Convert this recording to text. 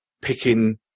picking